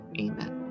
amen